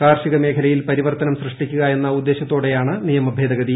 കാർഷിക മേഖലയിൽ പരിവർത്തനം സൃഷ്ടിക്കുക എന്ന ഉദ്ദേശൃത്തോടെയുള്ളതാണ് നിയമഭേദഗതി